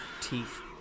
teeth